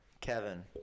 Kevin